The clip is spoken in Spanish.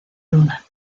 luna